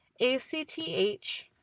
ACTH